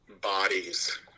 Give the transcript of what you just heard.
bodies